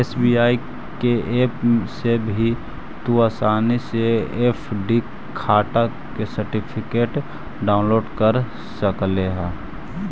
SBI के app से भी तू आसानी से एफ.डी खाटा के सर्टिफिकेट डाउनलोड कर सकऽ हे